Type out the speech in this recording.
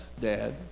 dad